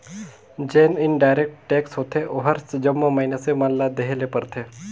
जेन indirect tax होथे ओहर जम्मो मइनसे मन ल देहे ले परथे